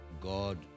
God